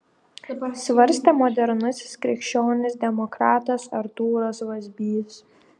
svarstė modernusis krikščionis demokratas artūras vazbys